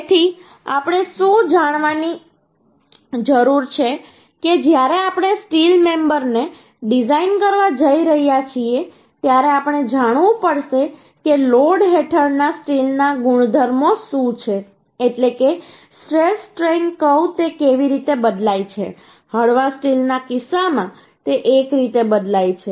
તેથી આપણે શું જાણવાની જરૂર છે કે જ્યારે આપણે સ્ટીલ મેમ્બરને ડિઝાઇન કરવા જઈ રહ્યા છીએ ત્યારે આપણે જાણવું પડશે કે લોડ હેઠળના સ્ટીલના ગુણધર્મો શું છે એટલે કે સ્ટ્રેશ સ્ટ્રેઇન કર્વ તે કેવી રીતે બદલાય છે હળવા સ્ટીલના કિસ્સામાં તે એક રીતે બદલાય છે